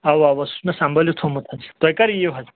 اَوٕ اَوٕ سُہ چھُ مےٚ سَمبٲلِتھ تھوٚومُت حظ تُہۍ کر یِیِو حظ